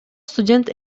студент